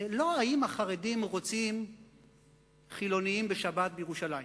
היא לא אם החרדים רוצים חילונים בשבת בירושלים.